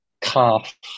calf